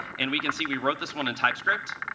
and we can see we wrote this one in typescript.